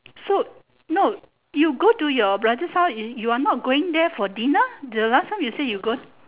so no you go to your brother's house is you are not going there for dinner the last time you say you go